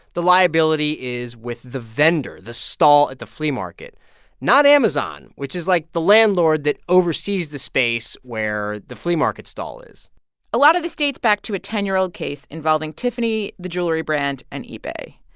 the liability is with the vendor, the stall at the flea market not amazon, which is like the landlord that oversees the space where the flea market stall is a lot of this dates back to a ten year old case involving tiffany, the jewelry brand, and ebay.